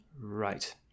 Right